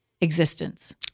existence